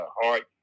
heart